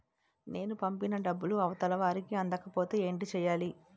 నేను పంపిన డబ్బులు అవతల వారికి అందకపోతే ఏంటి చెయ్యాలి?